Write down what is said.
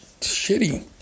shitty